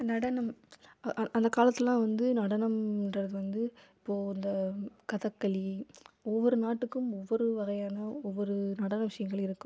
நடனம் அ அந்த காலத்துலாம் வந்து நடனம் என்றது வந்து இப்போது இந்த கதகளி ஒவ்வொரு நாட்டுக்கும் ஒவ்வொரு வகையான ஒவ்வொரு நடன விஷயங்கள் இருக்குது